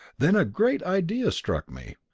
then a great idea struck me.